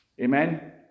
Amen